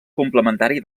complementari